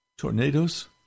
Tornadoes